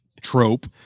trope